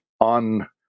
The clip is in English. on